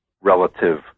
relative